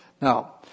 Now